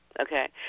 okay